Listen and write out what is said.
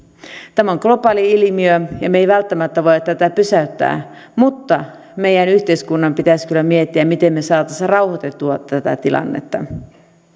tämä on globaali ilmiö ja me emme välttämättä voi tätä pysäyttää mutta meidän yhteiskuntamme pitäisi kyllä miettiä miten me saisimme rauhoitettua tätä tilannetta